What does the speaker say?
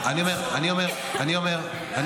בגלל המציאות שנתניהו יצר --- אני אומר --- בגלל המציאות.